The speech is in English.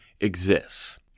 exists